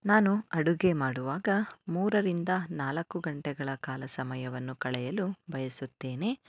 ನಾನು ಅಡುಗೆ ಮಾಡುವಾಗ ಮೂರರಿಂದ ನಾಲ್ಕು ಗಂಟೆಗಳ ಕಾಲ ಸಮಯವನ್ನು ಕಳೆಯಲು ಬಯಸುತ್ತೇನೆ